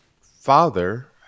father